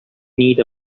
need